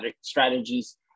strategies